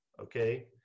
okay